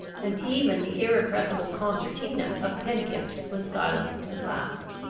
and even the irrepressible concertina of pedgift was silenced at last.